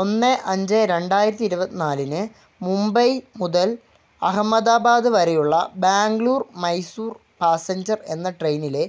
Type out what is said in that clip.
ഒന്ന് അഞ്ച് രണ്ടായിരത്തി ഇരുപത്തി നാലിന് മുംബൈ മുതൽ അഹമ്മദാബാദ് വരെയുള്ള ബാംഗ്ലൂർ മൈസൂർ പാസഞ്ചർ എന്ന ട്രെയിനിലെ